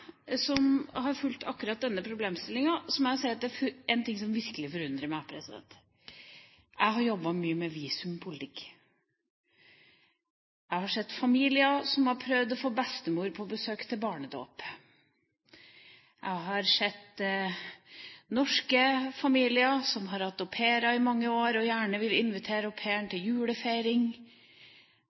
Jeg har fulgt akkurat denne problemstillingen, og jeg må si at det er en ting som virkelig forundrer meg. Jeg har jobbet mye med visumpolitikk. Jeg har sett familier som har prøvd å få bestemor på besøk til barnedåp, jeg har sett norske familier som har hatt au pair i mange år og gjerne vil invitere til julefeiring,